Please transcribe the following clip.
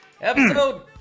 episode